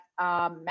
Matt